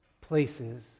places